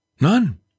none